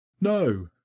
no